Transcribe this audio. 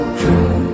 true